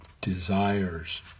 desires